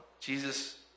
Jesus